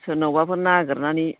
सोरनावबाफोर नागिरनानै